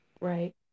Right